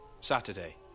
Saturday